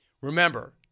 Remember